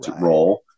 role